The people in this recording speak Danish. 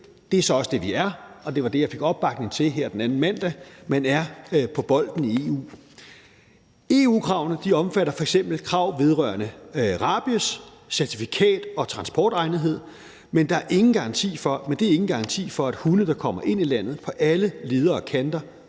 Det er så også det, vi gør, og det var det, jeg fik opbakning til her den anden mandag. Man er på bolden i EU. EU-kravene omfatter f.eks. krav vedrørende rabies, certifikat og transportegnethed, men det er ingen garanti for, at hunde, der kommer ind i landet, på alle leder og kanter